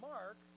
Mark